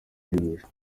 kwihisha